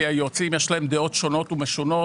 כי היועצים יש להם דעות שונות ומשונות.